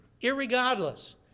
Irregardless